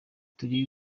turi